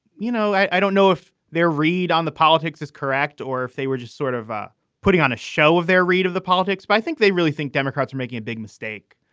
you know, i don't know if they read on the politics is correct or if they were just sort of putting on a show of their read of the politics. but i think they really think democrats are making a big mistake.